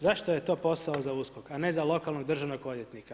Zašto je to posao za USKOK, a ne za lokalnog državnog odvjetnika?